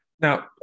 Now